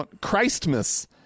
Christmas